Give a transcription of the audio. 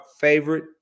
favorite